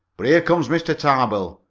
but here comes mr. tarbill.